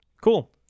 Cool